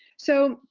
so,